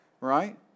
right